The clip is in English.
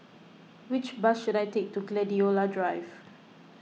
which bus should I take to Gladiola Drive